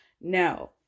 No